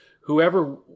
whoever